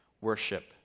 worship